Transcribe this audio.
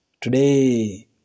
Today